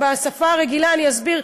בשפה הרגילה אני אסביר,